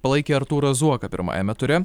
palaikė artūrą zuoką pirmajame ture